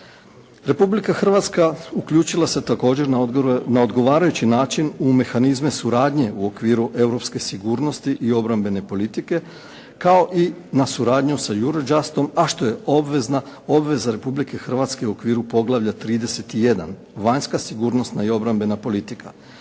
Republika Hrvatska uključila se također na odgovarajući način u mehanizme suradnje u okviru europske sigurnosti i obrambene politike kao i na suradnju sa Eurojustom, a što je obveza Republike Hrvatske u okviru poglavlja 31 – Vanjska sigurnosna i obrambena politika.